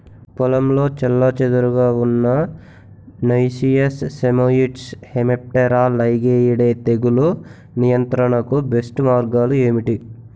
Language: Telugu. పొలంలో చెల్లాచెదురుగా ఉన్న నైసియస్ సైమోయిడ్స్ హెమిప్టెరా లైగేయిడే తెగులు నియంత్రణకు బెస్ట్ మార్గాలు ఏమిటి?